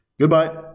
Goodbye